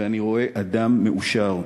ואני רואה אדם מאושר,